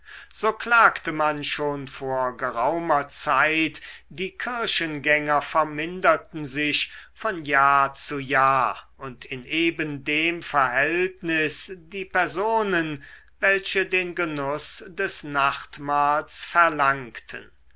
so klagte man schon vor geraumer zeit die kirchengänger verminderten sich von jahr zu jahr und in eben dem verhältnis die personen welche den genuß des nachtmahls verlangten